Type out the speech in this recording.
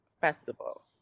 festival